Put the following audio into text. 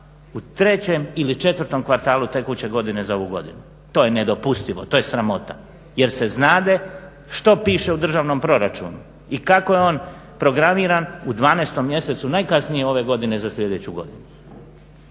u trećem ili kvartalu tekuće godine za ovu godinu. To je nedopustivo, to je sramota jer se znade što piše u državnom proračunu i kako je on programiran u 12. mjesecu najkasnije ove godine za sljedeću godinu.